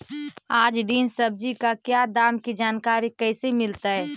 आज दीन सब्जी का क्या दाम की जानकारी कैसे मीलतय?